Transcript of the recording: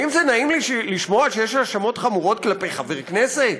האם זה נעים לי לשמוע שיש האשמות חמורות כלפי חבר כנסת?